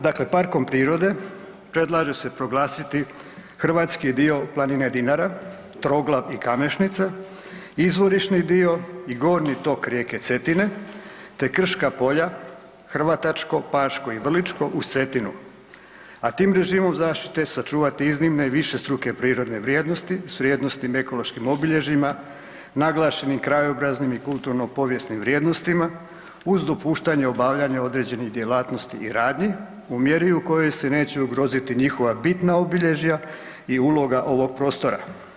Dakle, parko prirode predlaže se proglasiti hrvatski dio planine Dinara, Troglav i Kamešnica, izvorišni dio i gornji tok rijeke Cetina te krška polja ... paško i vrličko uz Cetinu a tim režimo zaštite sačuvati iznimne višestruke prirodne vrijednosti s vrijednosnim ekološkim obilježjima naglašenim krajobraznim i kulturno-povijesnim vrijednostima uz dopuštanje obavljanja određenih djelatnosti i radnji u mjeri u kojoj se neće ugroziti njihova bitna obilježja i uloga ovog prostora.